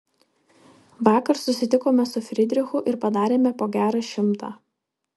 vakar susitikome su fridrichu ir padarėme po gerą šimtą